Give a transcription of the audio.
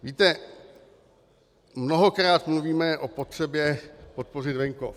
Víte, mnohokrát mluvíme o potřebě podpořit venkov.